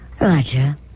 Roger